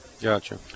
Gotcha